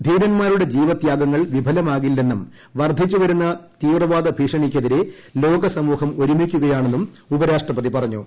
ധീരന്മാരുടെ ജീവത്യാഗങ്ങൾ വിഫലമാകില്ലെന്നും വർദ്ധിച്ചു വരുന്ന തീവ്രവാദ ഭീഷണിക്കെത്തിരെ ലോക സമൂഹം ഒരുമിക്കുകയാണെന്നും ഉപരാഷ്ട്രപൂതി പ്പറഞ്ഞു